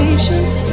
Patience